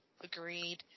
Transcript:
Agreed